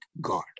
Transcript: God